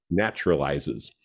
naturalizes